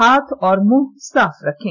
हाथ और मुंह साफ रखें